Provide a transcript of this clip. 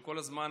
הוא כל הזמן